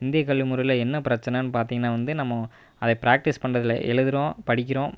இந்திய கல்வி முறையில் என்ன பிரச்சனன்னு பார்த்திங்கனா வந்து நம்ம அதை ப்ராக்டிஸ் பண்ணுறதில்ல எழுதுகிறோம் படிக்கிறோம்